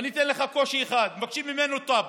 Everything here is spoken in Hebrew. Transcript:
ואני אתן לך קושי אחד: מבקשים ממנו טאבו.